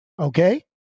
Okay